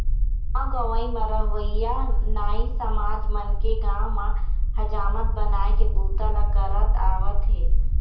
गाँव गंवई म रहवइया नाई समाज मन के गाँव म हजामत बनाए के बूता ल करत आवत हे